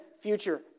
future